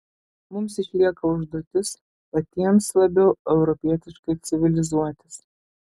mums išlieka užduotis patiems labiau europietiškai civilizuotis